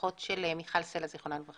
אחות של מיכל סלע ז"ל.